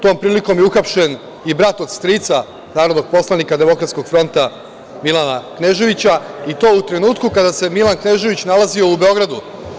Tom prilikom je uhapšen i brat od strica, narodnog poslanika Demokratskog fronta, Milana Kneževića, i to u trenutku kada se Milan Knežević nalazio u Beogradu.